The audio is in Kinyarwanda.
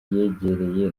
yegereye